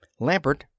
Lampert